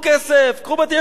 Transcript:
קחו בתים במקום אחר,